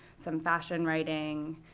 some fashion writing,